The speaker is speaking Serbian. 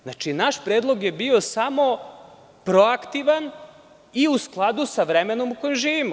Znači, naš predlog je bio samo proaktivan i u skladu sa vremenom u kojem živimo.